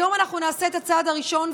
היום אנחנו נעשה את הצעד הראשון,